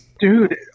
Dude